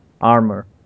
armor